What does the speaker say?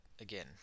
again